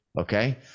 Okay